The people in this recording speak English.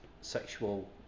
sexual